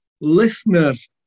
listeners